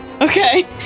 Okay